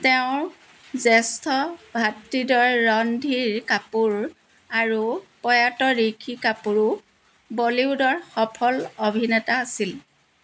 তেওঁৰ জ্যেষ্ঠ ভাতৃদ্বয় ৰণধীৰ কাপুৰ আৰু প্ৰয়াত ঋষি কাপুৰো বলীউডৰ সফল অভিনেতা আছিল